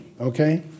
okay